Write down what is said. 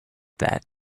that